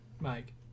Mike